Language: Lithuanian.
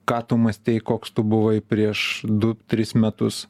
ką tu mąstei koks tu buvai prieš du tris metus